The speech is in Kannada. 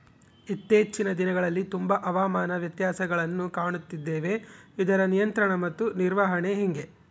ಇತ್ತೇಚಿನ ದಿನಗಳಲ್ಲಿ ತುಂಬಾ ಹವಾಮಾನ ವ್ಯತ್ಯಾಸಗಳನ್ನು ಕಾಣುತ್ತಿದ್ದೇವೆ ಇದರ ನಿಯಂತ್ರಣ ಮತ್ತು ನಿರ್ವಹಣೆ ಹೆಂಗೆ?